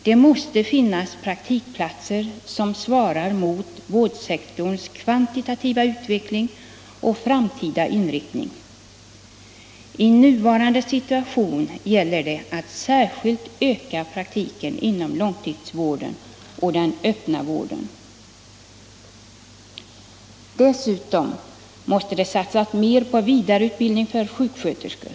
Det måste finnas praktikplatser som svarar mot vårdsektorns kvantitativa utveckling och framtida inriktning. I nuvarande situation gäller det att särskilt öka praktiken inom långvården och den öppna vården. Dessutom måste det satsas mer på vidareutbildning för sjuksköterskor.